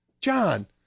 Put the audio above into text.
John